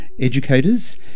educators